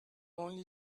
only